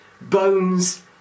Bones